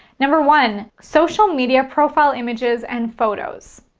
number one social media profile images and photos.